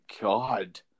god